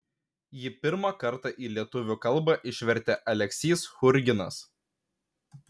jį pirmą kartą į lietuvių kalbą išvertė aleksys churginas